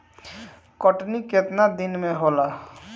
कटनी केतना दिन मे होला?